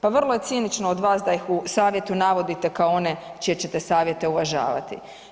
Pa vrlo je cinično od vas da ih u savjetu navodite kao one čije ćete savjete uvažavati.